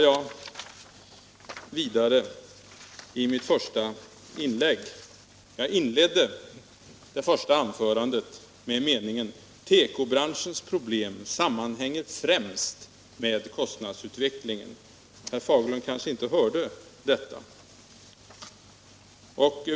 Jag inledde mitt första inlägg med meningen: Tekobranschens problem sammanhänger främst med kostnadsutvecklingen. Herr Fagerlund kanske inte hörde detta.